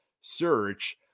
Search